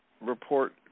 report